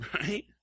Right